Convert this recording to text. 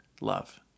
love